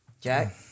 Jack